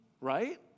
Right